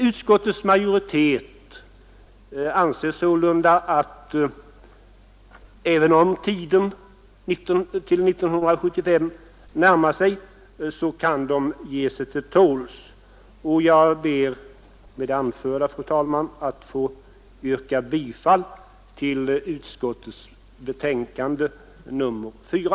Utskottsmajoriteten anser sålunda, att även om år 1975 nu närmar sig kan man i alla fall ge sig till tåls. Fru talman! Med det anförda ber jag att få yrka bifall till näringsutskottets hemställan i förevarande betänkande nr 4.